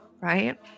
right